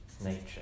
nature